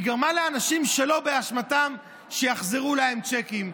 היא גרמה לאנשים לא באשמתם שיחזירו להם צ'קים,